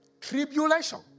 Tribulation